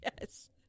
Yes